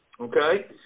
Okay